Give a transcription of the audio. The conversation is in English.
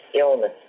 illness